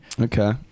Okay